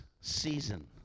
season